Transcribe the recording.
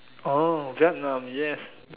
orh Vietnam yes